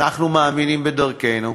אנחנו מאמינים בדרכנו.